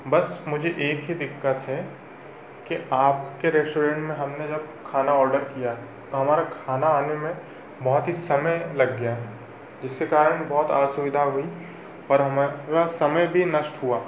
बस मुझे एक ही दिक्कत है की आपके रेस्टोरेंट में हमने जब खाना ऑर्डर किया तो हमारा खाना आने में बहुत ही समय लग गया जिसके कारण बहुत असुविधा हुई और हमारा समय भी नष्ट हुआ